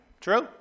True